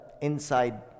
inside